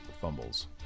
fumbles